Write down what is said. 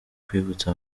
kwibutsa